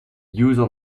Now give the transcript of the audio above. user